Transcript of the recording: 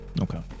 Okay